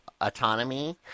autonomy